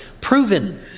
proven